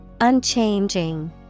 Unchanging